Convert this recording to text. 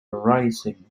rising